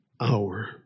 hour